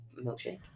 milkshake